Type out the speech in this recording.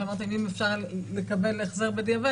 כשאמרתם אם אפשר לקבל החזר בדיעבד